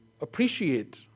appreciate